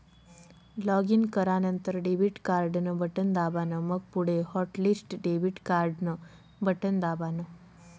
login करानंतर debit card न button दाबान, मंग पुढे हॉटलिस्ट डेबिट कार्डन बटन दाबान